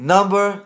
Number